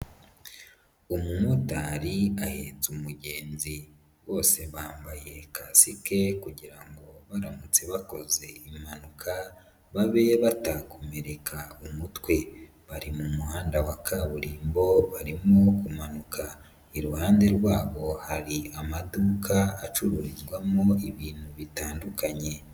Umumotari ahetse umugenzi. Bose bambaye kasike kugira ngo baramutse bakoze impanuka, babe batakomereka umutwe. Bari mu muhanda wa kaburimbo, barimo kumanuka. Iruhande rwabo hari amaduka acururizwamo ibintu bitandukanye.